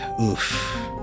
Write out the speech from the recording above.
Oof